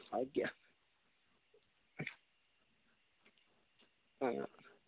आगे हां